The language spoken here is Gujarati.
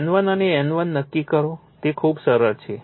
N1 અને N1 નક્કી કરો જે ખૂબ જ સરળ છે